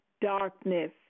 darkness